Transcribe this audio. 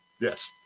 Yes